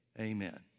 Amen